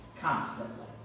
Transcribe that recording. constantly